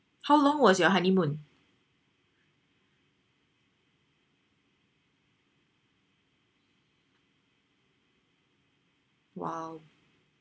how long was your honeymoon !wow!